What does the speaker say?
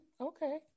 okay